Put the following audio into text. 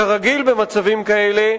כרגיל במצבים כאלה,